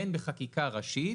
בין בחקיקה ראשית,